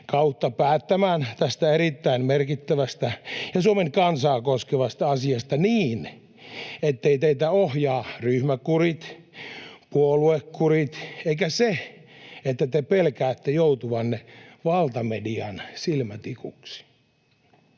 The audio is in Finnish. kautta päättämään tästä erittäin merkittävästä ja Suomen kansaa koskevasta asiasta niin, etteivät teitä ohjaa ryhmäkurit, puoluekurit eikä se, että te pelkäätte joutuvanne valtamedian silmätikuksi.